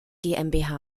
gmbh